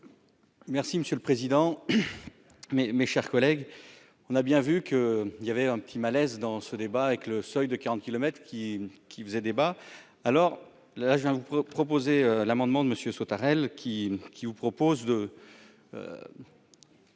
Merci monsieur le président, mais mes chers collègues, on a bien vu qu'il y avait un petit malaise dans ce débat et que le seuil de 40 kilomètres qui qui faisait débat, alors là je vous proposer l'amendement de Monsieur Sautarel qui, qui vous propose de.